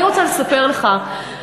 אני רוצה לספר לך,